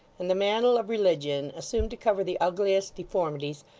and the mantle of religion, assumed to cover the ugliest deformities,